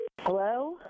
Hello